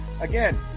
Again